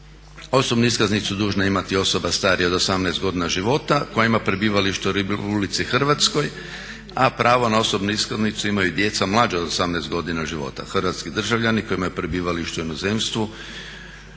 Osobnu iskaznicu dužna je imati osoba starija od 18 godina života koja ima prebivalište u RH, a pravo na osobnu iskaznicu imaju i djeca mlađa od 18 godina života. Hrvatski državljani koji imaju prebivalište u inozemstvu